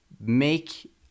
make